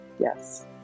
yes